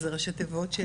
זה ראשי תיבות של